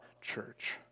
church